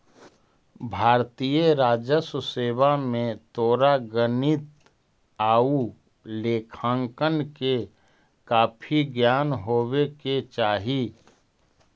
भारतीय राजस्व सेवा में तोरा गणित आउ लेखांकन के काफी ज्ञान होवे के चाहि